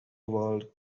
world